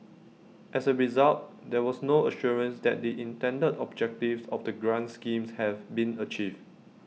as A result there was no assurance that the intended objectives of the grant schemes have been achieved